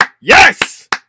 yes